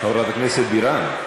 חברת הכנסת בירן.